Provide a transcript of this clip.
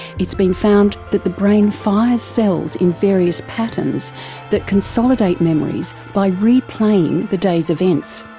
it's been found that the brain fires cells in various patterns that consolidate memories by re-playing the day's events.